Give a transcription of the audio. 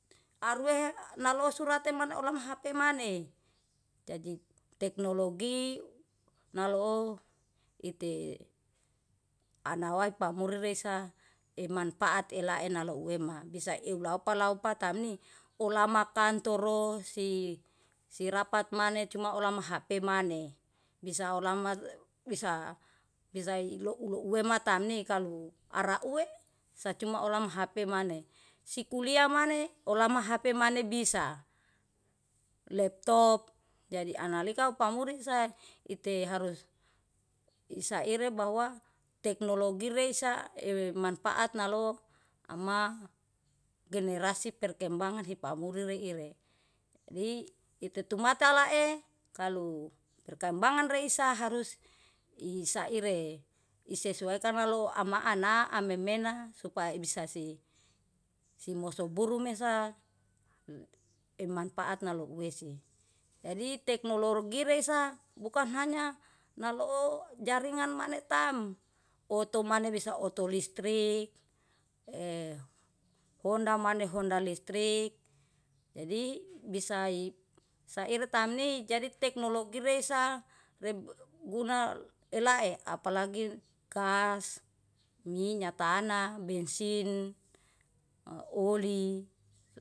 Aruehea nalosu rate maneh olama hape maneh. Jadi teknologi nalo ite anawaip pamuri resa emanpaat elae nalou ema, bisa eulapa lauw patamni olama kantoro si rapat maneh cuma olama hape maneh. Bisa olama, bisa bisa ilo ulo uwemata tamne kalu arauwe sacuma olama hape maneh. Sikuliah maneh olama hape maneh bisa, lepatop jadi analika pamuri sa ite harus isaire bahwa teknologi reisa ewe manpaat nalo ama genereasi perkembangan hipamuli reire. Ri itetumata lae kalu perkembangan reisa harus isaire, isesuaikan anlo ama ana amemena supai bisa si mosoburu mesa emanpaat nalouwesi. Jadi teknologi reisa bukan hanya naloo jaringan maneh taem, oto maneh bisa oto listrik, e hondah maneh hondah listrik jadi bisa i saire tamni jadi teknologi reisa re guna elae apalagi kas, minyak tanah, bensin, a oli.